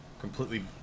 completely